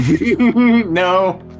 No